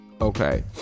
Okay